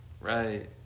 right